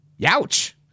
Youch